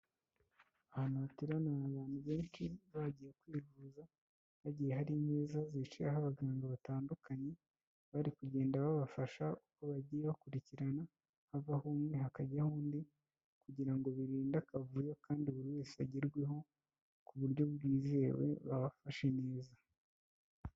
Ahantu hateraniye abantu benshi bagiye kwivuza, hagiye hari imeza zicayeho abaganga batandukanye, bari kugenda babafasha uko bagiye bakurikirana, havaho umwe hakajyaho undi kugira ngo birinde akavuyo; kandi buri wese agerweho ku buryo bwizewe babafashe neza.